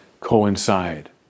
coincide